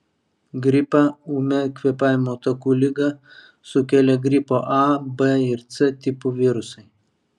gripą ūmią kvėpavimo takų ligą sukelia gripo a b ir c tipų virusai